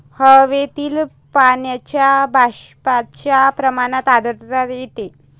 हवेतील पाण्याच्या बाष्पाच्या प्रमाणात आर्द्रता येते